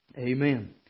Amen